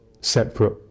separate